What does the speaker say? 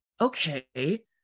okay